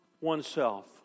oneself